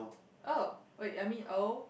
oh wait I mean oh